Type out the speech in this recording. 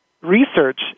Research